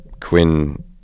Quinn